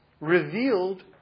revealed